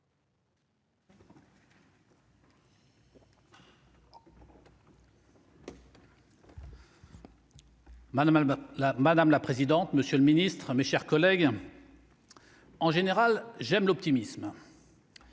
madame la présidente, monsieur le Ministre, mes chers collègues, en général, j'aime l'optimisme.